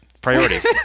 priorities